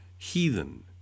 heathen